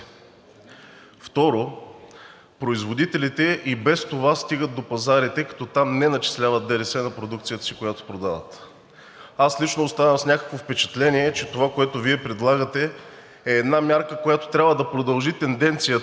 Второ, производителите и без това стигат до пазари, тъй като там не начисляват ДДС на продукцията, която продават. Аз лично оставам с някакво впечатление, че това, което Вие предлагате, е една мярка, която трябва да продължи тенденцията